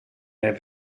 der